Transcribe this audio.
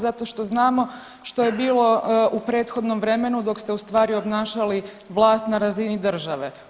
Zato što znamo što je bilo u prethodnom vremenu dok ste u stvari obnašali vlast na razini države.